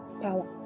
power